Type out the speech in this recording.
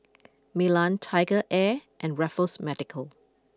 Milan TigerAir and Raffles Medical